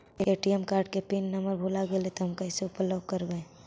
ATM card को pin number भुला गैले तौ हम कैसे ब्लॉक करवै?